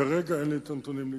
כרגע אין לי נתונים.